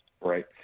Right